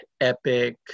epic